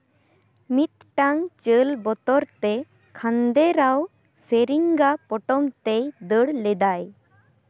ᱢᱤᱫᱴᱟᱝ ᱪᱟᱹᱞ ᱵᱚᱛᱚᱨ ᱛᱮ ᱠᱷᱟᱱᱰᱮᱨᱟᱣ ᱥᱮᱨᱮᱧᱜᱟ ᱯᱚᱴᱚᱢᱛᱮ ᱫᱟᱹᱲ ᱞᱮᱫᱟᱭ